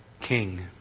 King